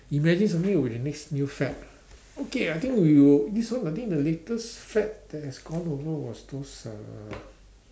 imagine something with the next new fad okay I think we will this one I think the latest fad that has gone over was those uh